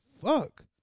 fuck